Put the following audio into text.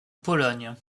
pologne